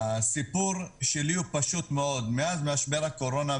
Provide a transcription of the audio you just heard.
הסיפור שלי הוא פשוט מאוד: מאז משבר הקורונה,